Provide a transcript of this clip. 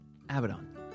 Abaddon